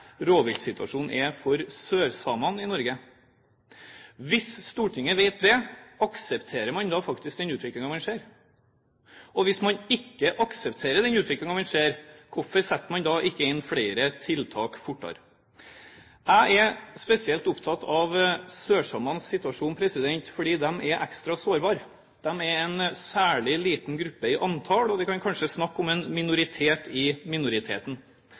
rovviltsituasjonen er for sørsamene i Norge? Hvis Stortinget vet det, aksepterer man da den utviklingen man ser? Og hvis man ikke aksepterer den utviklingen man ser, hvorfor setter man ikke da inn flere tiltak fortere? Jeg er spesielt opptatt av sørsamenes situasjon, fordi de er ekstra sårbare. De er en særlig liten gruppe i antall. Vi kan kanskje snakke om en minoritet i minoriteten.